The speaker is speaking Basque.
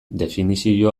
definizio